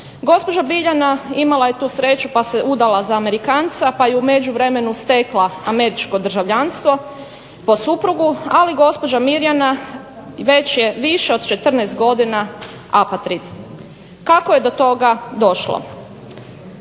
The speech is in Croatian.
Gospođa Biljana imala je tu sreću pa se udala za Amerikanca pa je u međuvremenu stekla američko državljanstvo po suprugu, ali gospođa Mirjana već je više od 14 godina apatrid. Kako je do toga došlo?